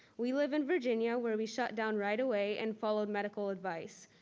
we live in virginia where we shut down right away and followed medical advice.